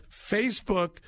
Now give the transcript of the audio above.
Facebook